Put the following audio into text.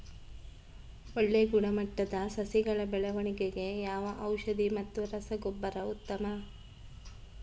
ಒಳ್ಳೆ ಗುಣಮಟ್ಟದ ಸಸಿಗಳ ಬೆಳವಣೆಗೆಗೆ ಯಾವ ಔಷಧಿ ಮತ್ತು ರಸಗೊಬ್ಬರ ಉತ್ತಮ?